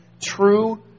true